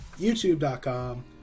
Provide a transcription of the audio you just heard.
YouTube.com